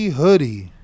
hoodie